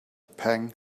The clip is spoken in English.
pang